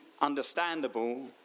understandable